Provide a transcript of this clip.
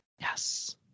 Yes